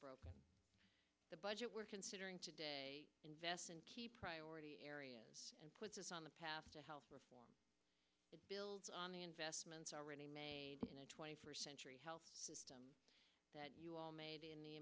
broken the budget we're considering to invest in key priority areas and puts us on the path to health reform bills on the investments already made in a twenty first century health system that you all made in the